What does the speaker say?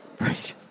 Right